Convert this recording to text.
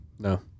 No